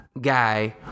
guy